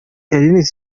enric